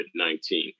COVID-19